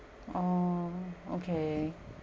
oh okay